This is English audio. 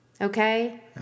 Okay